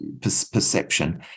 perception